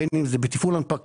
בין אם זה בתפעול הנפקה,